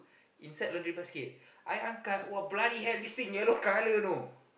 inside laundry basket I angkat !wah! bloody hell this thing yellow colour know